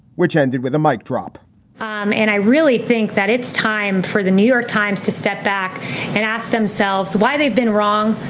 which ended with a mike drop um and i really think that it's time for the new york times to step back and ask themselves why they've been wrong,